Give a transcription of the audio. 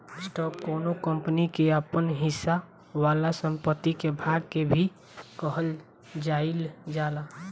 stock कौनो company के आपन हिस्सा वाला संपत्ति के भाग के भी कहल जाइल जाला